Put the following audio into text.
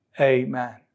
amen